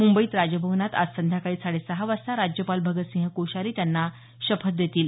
मुंबईत राजभवनात आज संध्याकाळी साडेसहा वाजता राज्यपाल भगतसिंह कोश्यारी त्यांना शपथ देतील